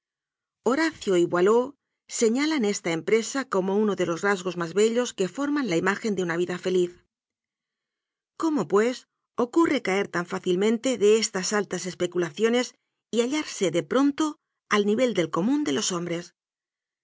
y boileau señalan esta empresa como uno de los rasgos más bellos que forman la imagen de una vida feliz cómo pues ocurre caer tan fácilmente de estas altas especulaciones y hallarse de pronto al nivel del común de los